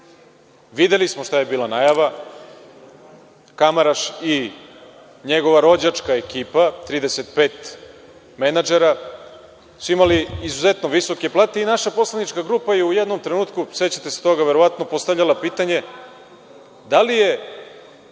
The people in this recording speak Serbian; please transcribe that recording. Videli smo šta je bila najava – Kamaraš i njegova rođačka ekipa, 35 menadžera, imali su izuzetno visoke plate i naša poslanička grupa je u jednom trenutku, sećate se toga, verovatno, je postavila pitanje – da li je